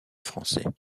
français